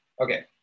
Okay